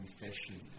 confession